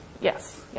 Yes